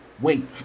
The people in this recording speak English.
wait